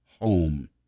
home